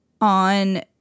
on